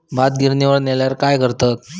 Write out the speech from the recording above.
भात गिर्निवर नेल्यार काय करतत?